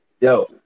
Yo